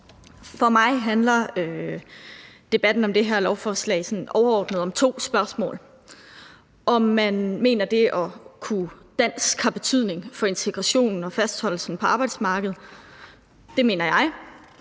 For mig handler debatten om det her lovforslag sådan overordnet om to spørgsmål: om man mener, at det at kunne dansk har betydning for integrationen og fastholdelsen på arbejdsmarkedet, og det mener jeg,